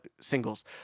singles